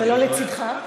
ולא לצידך.